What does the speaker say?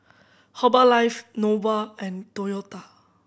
Herbalife Nova and Toyota